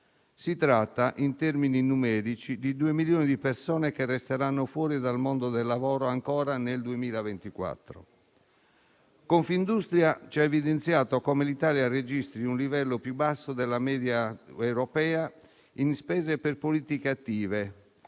Si tratta, in termini numerici, di 2 milioni di persone che resteranno fuori dal mondo del lavoro ancora nel 2024. Confindustria ha evidenziato come l'Italia registri un livello più basso della media europea in spese per politiche attive,